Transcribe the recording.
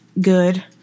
good